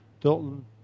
Dalton